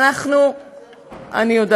אני מתנצל, חברת הכנסת לביא.